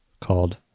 called